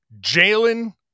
Jalen